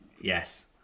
Yes